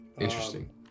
Interesting